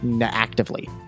actively